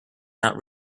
not